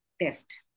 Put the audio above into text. test